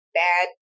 bad